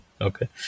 Okay